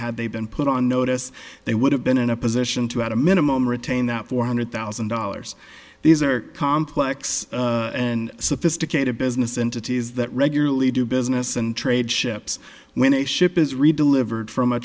had they been put on notice they would have been in a position to at a minimum retain that four hundred thousand dollars these are complex and sophisticated business entities that regularly do business and trade ships when a ship is redelivered from a